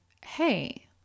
Hey